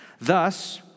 Thus